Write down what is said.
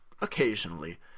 occasionally